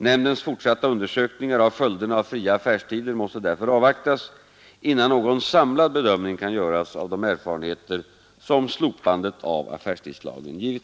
Nämndens fortsatta undersökningar av följderna av fria affärstider måste därför avvaktas innan någon samlad bedömning kan göras av de erfarenheter som slopandet av affärstidslagen givit.